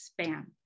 spam